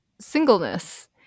singleness